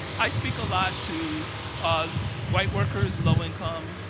i speak a lot to white workers, low income,